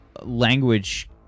language